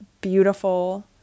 beautiful